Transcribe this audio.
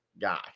guy